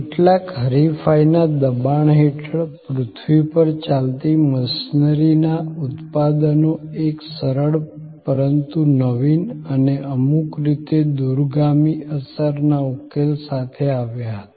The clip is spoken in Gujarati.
કેટલાક હરીફાઈના દબાણ હેઠળ પૃથ્વી પર ચાલતી મશીનરીના ઉત્પાદકો એક સરળ પરંતુ નવીન અને અમુક રીતે દૂરગામી અસરના ઉકેલ સાથે આવ્યા હતા